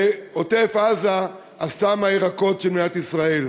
ועוטף-עזה, אסם הירקות של מדינת ישראל.